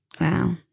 Wow